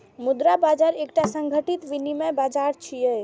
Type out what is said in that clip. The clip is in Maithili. मुद्रा बाजार एकटा संगठित विनियम बाजार छियै